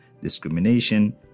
discrimination